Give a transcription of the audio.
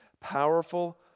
Powerful